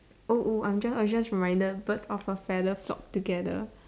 oh oh I am I am just reminded birds of a feather flock together